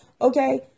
Okay